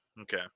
Okay